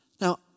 Now